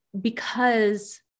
because-